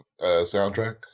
soundtrack